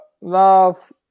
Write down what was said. Love